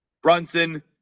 Brunson